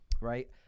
right